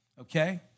okay